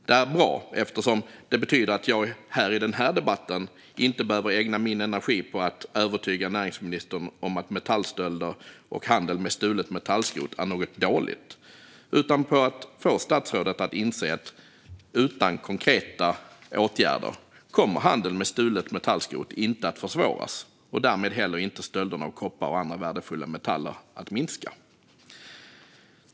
Det är bra eftersom det betyder att jag inte i den här debatten behöver ägna min energi åt att övertyga näringsministern om att metallstölder och handel med stulet metallskrot är något dåligt. I stället kan jag ägna den åt att få statsrådet att inse att utan konkreta åtgärder kommer handeln med stulet metallskrot inte att försvåras och därmed inte heller stölderna av koppar och andra värdefulla metaller att minska.